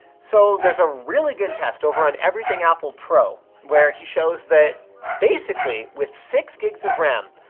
so there's a really good test over on everythingapplepro where he shows that basically, with six gigs of ram,